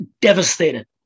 devastated